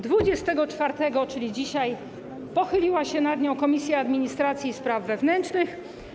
Dwudziestego czwartego, czyli dzisiaj, pochyliła się nad nią Komisja Administracji i Spraw Wewnętrznych.